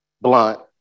Blunt